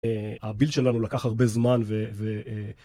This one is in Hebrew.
הביט שלנו לקח הרבה זמן